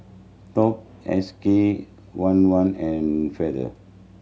Top S K one one and Feather